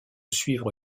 suivre